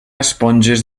esponges